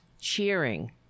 cheering